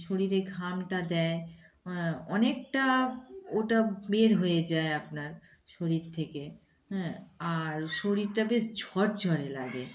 শরীরে ঘামটা দেয় অনেকটা ওটা বের হয়ে যায় আপনার শরীর থেকে হ্যাঁ আর শরীরটা বেশ ঝড় ঝরে লাগে